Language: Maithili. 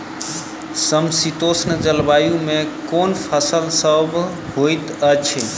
समशीतोष्ण जलवायु मे केँ फसल सब होइत अछि?